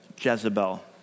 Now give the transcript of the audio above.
Jezebel